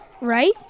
Right